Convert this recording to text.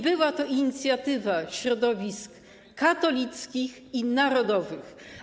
I była to inicjatywa środowisk katolickich i narodowych.